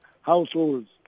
households